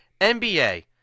NBA